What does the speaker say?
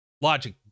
logic